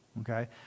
okay